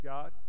God